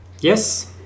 Yes